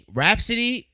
Rhapsody